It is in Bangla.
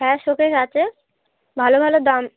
হ্যাঁ শোকেস আছে ভালো ভালো দাম